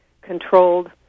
controlled